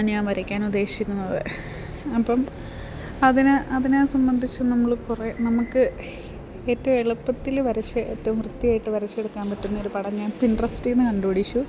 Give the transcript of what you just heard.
ഞാൻ വരയ്ക്കാൻ ഉദ്ദേശിക്കുന്നത് അപ്പം അതിന് അതിനേ സംബന്ധിച്ച് നമ്മൾ കുറേ നമുക്ക് ഏറ്റവും എളുപ്പത്തിൽ വരച്ചു ഏറ്റവും വൃത്തിയായിട്ട് വരച്ചെടുക്കാൻ പറ്റുന്നൊരു പടം ഞാൻ പിൻട്രസ്റ്റിൽ നിന്ന് കണ്ടുപിടിച്ചു